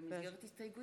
הסתייגויות.